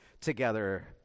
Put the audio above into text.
together